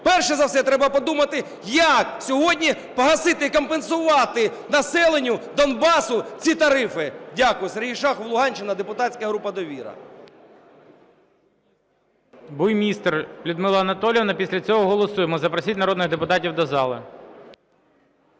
Перш за все треба подумати як сьогодні погасити, компенсувати населенню Донбасу ці тарифи. Дякую. Сергій Шахов, Луганщина, депутатська група "Довіра". ГОЛОВУЮЧИЙ. Буймістер Людмила Анатоліївна. Після цього голосуємо. Запросіть народних депутатів до зали.